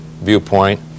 viewpoint